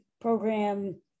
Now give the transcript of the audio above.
program